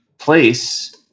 place